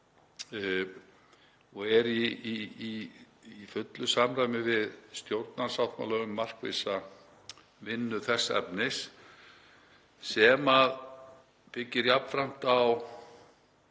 og er í fullu samræmi við stjórnarsáttmála um markvissa vinnu þess efnis sem byggir jafnframt á